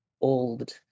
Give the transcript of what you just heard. old